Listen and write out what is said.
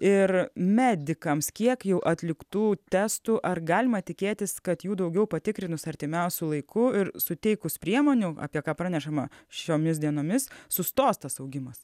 ir medikams kiek jau atliktų testų ar galima tikėtis kad jų daugiau patikrinus artimiausiu laiku ir suteikus priemonių apie ką pranešama šiomis dienomis sustos tas augimas